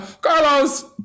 Carlos